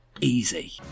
Easy